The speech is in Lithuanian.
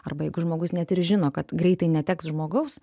arba jeigu žmogus net ir žino kad greitai neteks žmogaus